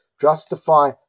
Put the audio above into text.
justify